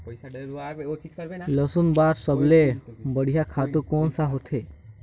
लसुन बार सबले बढ़िया खातु कोन सा हो?